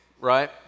Right